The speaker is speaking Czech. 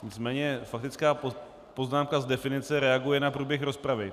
Nicméně faktická poznámka z definice reaguje na průběh rozpravy.